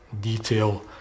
detail